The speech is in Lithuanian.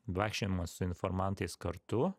vaikščiojimas su informantais kartu